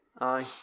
Aye